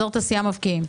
אזור התעשייה מבקיעים.